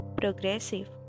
Progressive